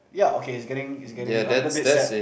ya okay it's getting it's getting a little bit sad